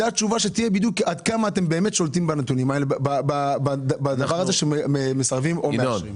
נדע שאתם שולטים בנתונים לגבי מסרבים ומאשרים.